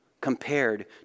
compared